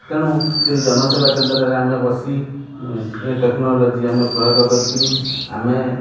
ତେଣୁ ସେଇ ଜନସେବା କେନ୍ଦ୍ରରେ ଆମେ ବସି ଏ ଟେକ୍ନୋଲୋଜି ଆମେ ପ୍ରୟୋଗ କରିକିରି ଆମେ